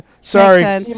Sorry